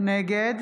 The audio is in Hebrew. נגד